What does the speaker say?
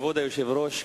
כבוד היושב-ראש,